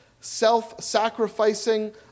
self-sacrificing